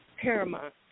paramount